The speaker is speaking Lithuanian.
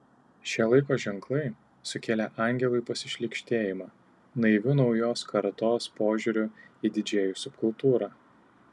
šie laiko ženklai sukėlė angelui pasišlykštėjimą naiviu naujos kartos požiūriu į didžėjų subkultūrą